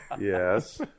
Yes